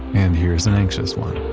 and here's an anxious one.